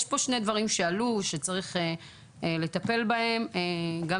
יש פה שני דברים שעלו ושצריך לטפל בהם: האחד